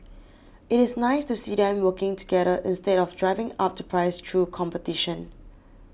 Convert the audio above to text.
it is nice to see them working together instead of driving up the price through competition